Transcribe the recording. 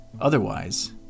Otherwise